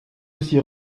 aussi